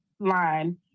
line